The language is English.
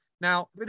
Now